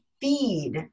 feed